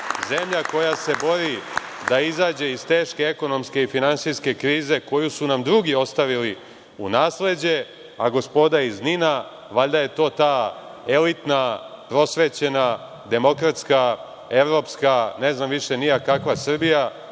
zemlja koja se bori da izađe iz teške ekonomske i finansijske krize koju su nam drugi ostavili u nasleđe, a gospoda iz NIN-a, valjda je to ta elitna prosvećena demokratska, evropska, ne znam više ni ja kakva Srbija